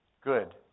Good